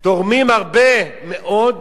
תורמים הרבה מאוד.